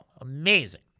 amazing